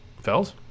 Fells